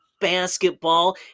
basketball